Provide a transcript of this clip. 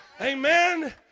Amen